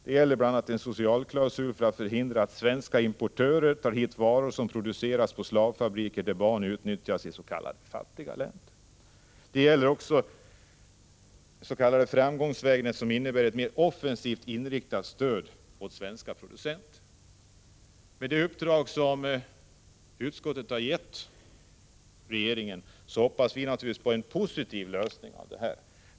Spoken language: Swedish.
Det gäller bl.a. en socialklausul för att förhindra svenska importörer att ta hit varor som producerats i s.k. fattiga länder i slavfabriker där barn utnyttjats. Det gäller också den s.k. framgångsvägen, som innebär ett mer offensivt inriktat stöd gentemot svenska producenter. Med utskottets uppdrag till regeringen får vi naturligtvis hoppas på en positiv lösning.